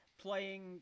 playing